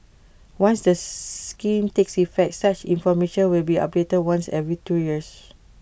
once the scheme takes effect such information will be updated once every two years